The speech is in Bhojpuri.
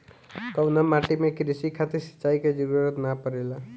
कउना माटी में क़ृषि खातिर सिंचाई क जरूरत ना पड़ेला?